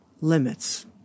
limits